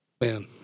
Man